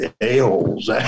a-holes